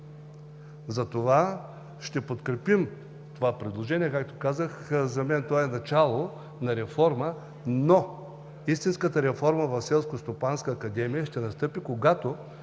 Затова ще подкрепим това предложение. Както казах, за мен то е начало на реформа, но истинската реформа в Селскостопанската академия ще настъпи, когато